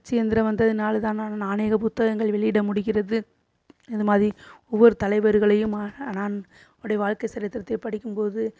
அச்சு இயந்திரம் வந்ததினால தான் நான் அநேக புத்தகங்கள் வெளியிட முடிகிறது இதுமாதிரி ஒவ்வொரு தலைவருகளையும் ஆக நான் அப்படி வாழ்க்கை சரித்திரத்தை படிக்கும்போது